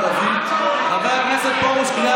חבר הכנסת פרוש, קריאה